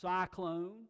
cyclone